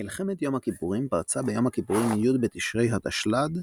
מלחמת יום הכיפורים פרצה ביום הכיפורים י' בתשרי ה'תשל"ד,